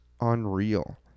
unreal